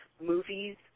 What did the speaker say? movies